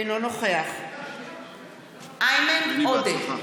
אינו נוכח ג'אבר עסאקלה,